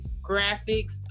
graphics